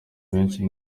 benshi